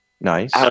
Nice